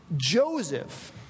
Joseph